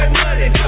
money